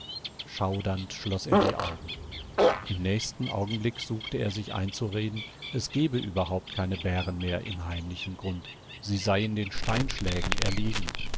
schaudernd schloß er die augen im nächsten augenblick suchte er sich einzureden es gebe überhaupt keine bären mehr im heimlichen grund sie seien den steinschlägen erlegen